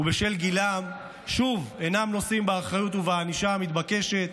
בשל גילם שוב אינם נושאים באחריות ובענישה המתבקשת,